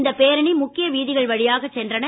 இந்தப் பேரணி முக்கிய வீதிகள் வழியாக சென்றன